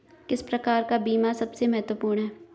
किस प्रकार का बीमा सबसे महत्वपूर्ण है?